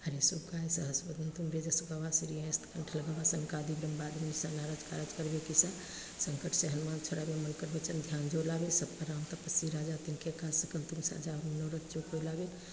हरषि उर लाये रघुपति कीन्हि बहुत बड़ाई तुम मम प्रिय भरत सम भाई सहस बदन तुम्हरो जस गावें अस कहि श्रीपति कण्ठ लगावें सनकादिक ब्रह्मादि मुनीसा नारद सारद सहित अहीसा संकट ते हनुमान छुड़ावें मन क्रम बचन ध्यान जो लावें सब पर राम तपस्वी राजा तिनके काज सकल तुम साजा और मनोरथ जो कोई लावे